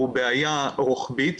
זו בעיה רוחבית,